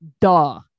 duh